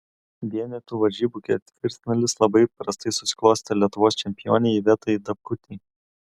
vienetų varžybų ketvirtfinalis labai prastai susiklostė lietuvos čempionei ivetai dapkutei